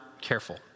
careful